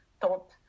thought